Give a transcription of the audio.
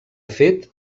fet